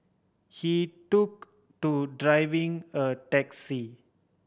he took to driving a taxi